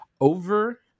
Over